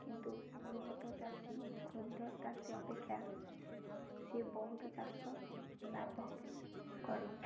କିନ୍ତୁ ବୃହତ ଚାଷୀ କ୍ଷୁଦ୍ର ଚାଷୀ ଅପେକ୍ଷା ସିଏ ବହୁତ ଚାଷ ଲାଭ କରେ